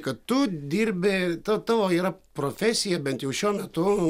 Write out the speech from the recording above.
kad tu dirbi ta tavo yra profesija bent jau šiuo metu